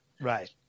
Right